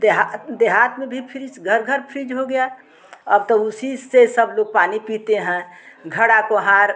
देहा देहात में भी फ्रिज घर घर फ्रिज हो गया अब तो उसी से सब लोग पानी पीते हैं घड़ा कोहार